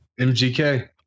MGK